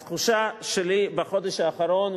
התחושה שלי בחודש האחרון,